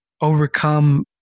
overcome